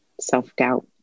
self-doubt